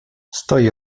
stoi